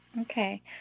Okay